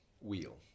Wheel